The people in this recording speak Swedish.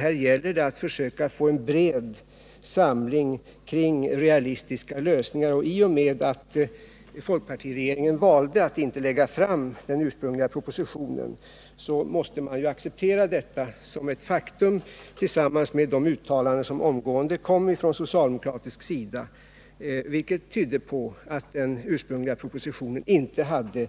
Här gäller det i stället att försöka få en bred samling kring realistiska lösningar, och i och med att folkpartiregeringen valde att inte lägga fram den ursprungliga propositionen måste vi ju acceptera detta som ett faktum tillsammans med de uttalanden som också omgående kom från socialdemokratiskt håll, vilket allt tydde på att den ursprungliga propositionen inte hade